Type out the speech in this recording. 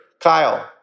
Kyle